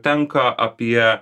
tenka apie